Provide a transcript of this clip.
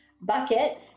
bucket